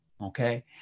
okay